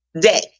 day